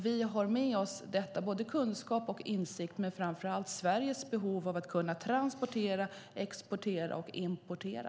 Vi har med oss både kunskap och insikt och Sveriges behov av att kunna transportera, exportera och importera.